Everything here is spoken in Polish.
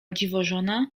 dziwożona